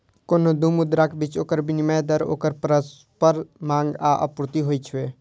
कोनो दू मुद्राक बीच ओकर विनिमय दर ओकर परस्पर मांग आ आपूर्ति होइ छै